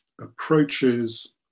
approaches